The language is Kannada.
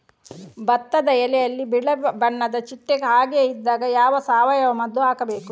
ಭತ್ತದ ಎಲೆಯಲ್ಲಿ ಬಿಳಿ ಬಣ್ಣದ ಚಿಟ್ಟೆ ಹಾಗೆ ಇದ್ದಾಗ ಯಾವ ಸಾವಯವ ಮದ್ದು ಹಾಕಬೇಕು?